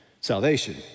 salvation